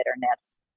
bitterness